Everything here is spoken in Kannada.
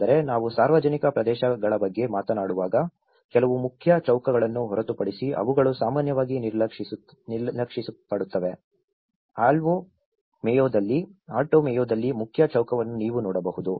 ಆದರೆ ನಾವು ಸಾರ್ವಜನಿಕ ಪ್ರದೇಶಗಳ ಬಗ್ಗೆ ಮಾತನಾಡುವಾಗ ಕೆಲವು ಮುಖ್ಯ ಚೌಕಗಳನ್ನು ಹೊರತುಪಡಿಸಿ ಅವುಗಳು ಸಾಮಾನ್ಯವಾಗಿ ನಿರ್ಲಕ್ಷಿಸಲ್ಪಡುತ್ತವೆ ಆಲ್ಟೊ ಮೇಯೊದಲ್ಲಿನ ಮುಖ್ಯ ಚೌಕವನ್ನು ನೀವು ನೋಡಬಹುದು